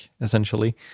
essentially